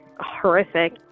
horrific